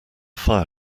fire